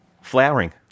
flowering